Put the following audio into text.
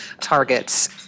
targets